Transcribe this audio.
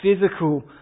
physical